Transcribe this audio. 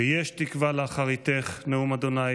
ויש תקוה לאחריתך נאֻם ה'